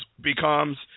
becomes